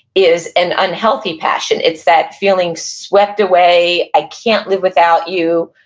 is an unhealthy passion. it's that feeling swept away, i can't live without you,